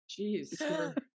Jeez